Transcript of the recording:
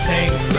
Pink